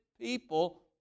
people